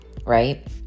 right